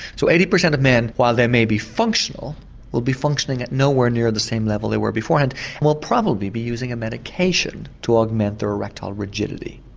so eighty percent of men while they may be functional will be functioning at nowhere near the same level they were beforehand and will probably be using a medication to augment their erectile rigidity.